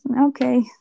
okay